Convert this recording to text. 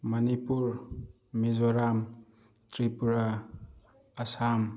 Manipur Mizoram Tripura Assam